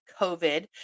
COVID